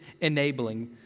enabling